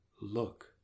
Look